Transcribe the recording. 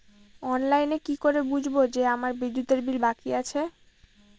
অনলাইনে কি করে বুঝবো যে আমার বিদ্যুতের বিল বাকি আছে?